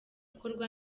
gukorwa